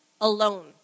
alone